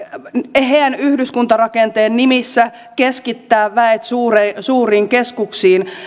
eheän yhdyskuntarakenteen nimissä keskittää väet suuriin keskuksiin